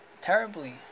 terribly